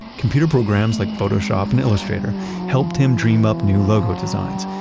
computer programs like photoshop and illustrator helped him dream up new logo designs,